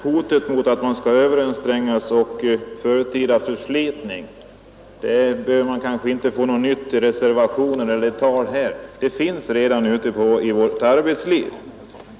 Herr talman! Hotet om överansträngning och förtida förslitning behöver man inte ytterligare belägga i reservationer eller i tal här. Det hotet finns redan ute i vårt arbetsliv.